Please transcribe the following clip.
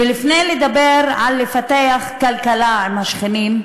ולפני שנדבר על לפתח כלכלה עם השכנים,